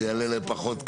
שיעלה להם פחות.